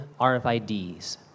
RFIDs